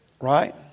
Right